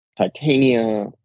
Titania